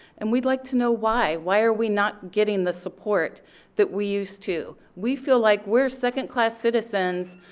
and we'd like to know why. why are we not getting the support that we used to? we feel like we're second class citizens.